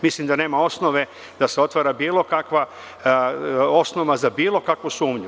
Mislim da nema osnove da se otvara bilo kakva osnova za bilo kakvu sumnju.